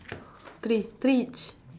three three each